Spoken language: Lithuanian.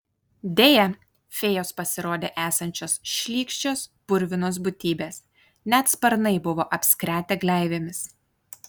deja fėjos pasirodė esančios šlykščios purvinos būtybės net sparnai buvo apskretę gleivėmis